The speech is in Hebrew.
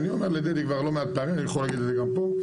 אני אומר לדדי כבר לא מעט פעמים ואני יכול להגיד את זה גם פה,